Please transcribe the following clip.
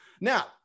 Now